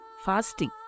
fasting